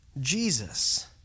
Jesus